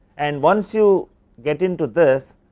and once you get in to this,